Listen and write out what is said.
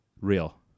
real